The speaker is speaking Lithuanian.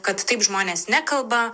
kad taip žmonės nekalba